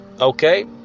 Okay